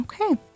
Okay